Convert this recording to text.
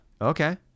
Okay